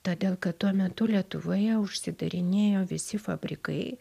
todėl kad tuo metu lietuvoje užsidarinėjo visi fabrikai